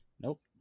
Nope